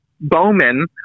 Bowman